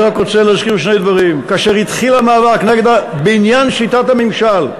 אני רק רוצה להזכיר שני דברים: כאשר התחיל המאבק בעניין שיטת הממשל,